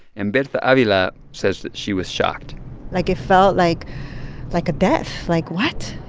and berta-avila says that she was shocked like, it felt like like a death. like, what?